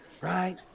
Right